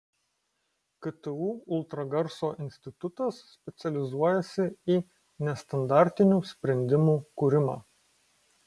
ktu ultragarso institutas specializuojasi į nestandartinių sprendimų kūrimą